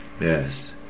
Yes